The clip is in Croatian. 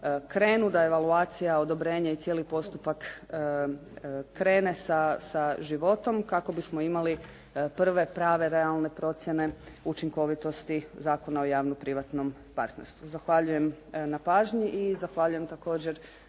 Da evaluacija, odobrenje i cijeli postupak krene sa životom kako bismo imali prve prave realne procjene učinkovitosti Zakona o javno-privatnom partnerstvu. Zahvaljujem na pažnji i zahvaljujem također